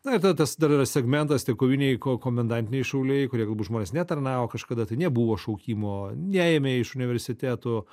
na ir tada tas dar yra segmentas tie koviniai ko komendatiniai šauliai kurie galbūt žmonės netarnavo kažkada tai nebuvo šaukimo neėmė iš universitetų